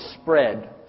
spread